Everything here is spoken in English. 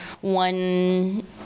one